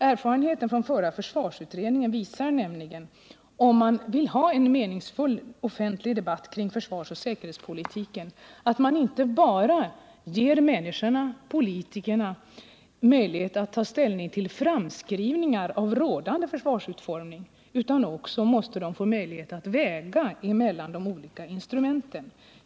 Erfarenheten från förra försvarsutredningen visar nämligen —-om man vill ha en meningsfull offentlig debatt kring försvarsoch säkerhetspolitiken — att man inte bara skall ge människorna-politikerna möjlighet att ta ställning till framskrivningar av rådande försvarsutformning, utan att de också måste få möjlighet att väga mellan de olika instrumenten.